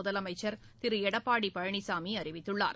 முதலமைச்சர் திரு எடப்பாடி பழனிசாமி அறிவித்துள்ளார்